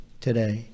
today